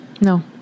No